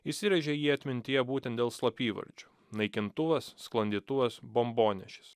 įsirėžė jie atmintyje būtent dėl slapyvardžių naikintuvas sklandytuvas bombonešis